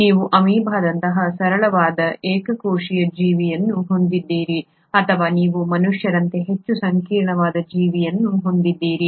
ನೀವು ಅಮೀಬಾದಂತಹ ಸರಳವಾದ ಏಕಕೋಶೀಯ ಜೀವಿಯನ್ನು ಹೊಂದಿದ್ದೀರಿ ಅಥವಾ ನೀವು ಮನುಷ್ಯರಂತೆ ಹೆಚ್ಚು ಸಂಕೀರ್ಣವಾದ ಜೀವಿಯನ್ನು ಹೊಂದಿದ್ದೀರಿ